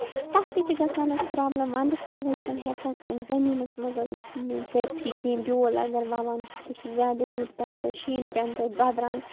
تَتھ تہِ چھِ گژھان حظ پرٛابلِم وَنٛدَس منٛز چھِنہٕ ہٮ۪کان زٔمیٖنَس منٛز کٔرِتھٕے کِہیٖنۍ بیول اَگر وَوان چھِ سُہ چھُ زیادٕ روٗد پٮ۪نہٕ سۭتۍ شیٖن پٮ۪نہٕ سۭتۍ دۄدران